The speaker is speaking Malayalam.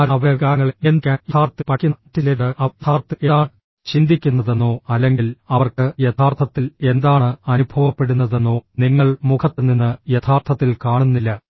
എന്നാൽ അവരുടെ വികാരങ്ങളെ നിയന്ത്രിക്കാൻ യഥാർത്ഥത്തിൽ പഠിക്കുന്ന മറ്റ് ചിലരുണ്ട് അവർ യഥാർത്ഥത്തിൽ എന്താണ് ചിന്തിക്കുന്നതെന്നോ അല്ലെങ്കിൽ അവർക്ക് യഥാർത്ഥത്തിൽ എന്താണ് അനുഭവപ്പെടുന്നതെന്നോ നിങ്ങൾ മുഖത്ത് നിന്ന് യഥാർത്ഥത്തിൽ കാണുന്നില്ല